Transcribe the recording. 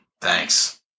thanks